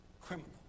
criminal